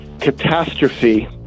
catastrophe